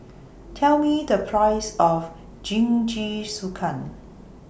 Tell Me The Price of Jingisukan